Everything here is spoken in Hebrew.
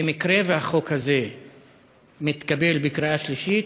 במקרה שהחוק הזה מתקבל בקריאה שלישית,